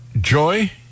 Joy